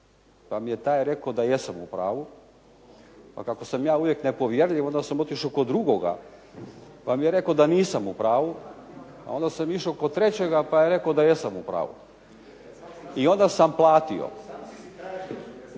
pa mi je taj rekao da jesam u pravu, pa kako sam ja uvijek nepovjerljiv onda sam otišao kod drugoga pa mi je rekao da nisam u pravu. A onda sam išao kod trećega pa je rekao da jesam u pravu. I onda sam platio. Nažalost, potrefio